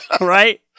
Right